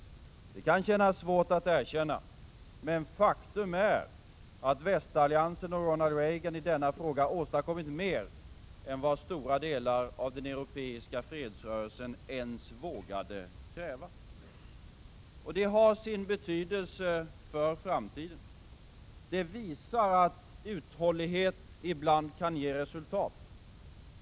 Det kan kännas svårt att erkänna, men faktum är att västalliansen och Ronald Reagan i denna fråga åstadkommit mer än vad stora delar av den europeiska fredsrörelsen ens vågade kräva. Det har sin betydelse för framtiden. Det visar att uthållighet ibland kan ge resultat.